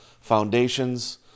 Foundations